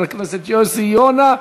חבר הכנסת יוסי יונה,